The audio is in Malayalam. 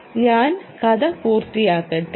ഞാൻ കഥ പൂർത്തിയാക്കട്ടെ